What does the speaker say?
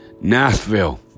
Nashville